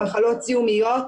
מחלות זיהומיות.